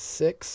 six